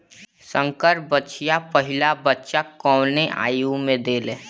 संकर बछिया पहिला बच्चा कवने आयु में देले?